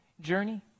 journey